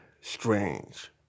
strange